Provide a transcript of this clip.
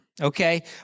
Okay